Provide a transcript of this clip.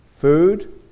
Food